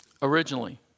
Originally